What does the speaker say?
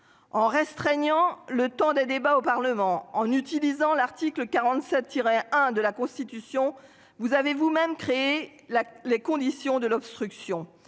En restreignant le temps des débats au Parlement en utilisant l'article 47. 1 de la Constitution. Vous avez vous même créé là les conditions de l'obstruction,